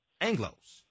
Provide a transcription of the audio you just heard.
Anglos